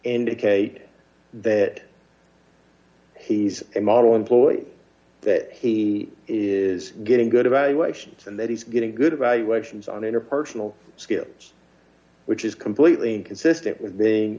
indicate that he's a model employee that he is getting good evaluations and that he's getting good evaluations on interpersonal skills which is completely inconsistent with